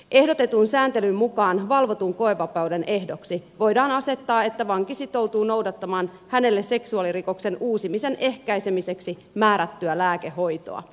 ehdotetun sääntelyn mukaan valvotun koevapauden ehdoksi voidaan asettaa että vanki sitoutuu noudattamaan hänelle seksuaalirikoksen uusimisen ehkäisemiseksi määrättyä lääkehoitoa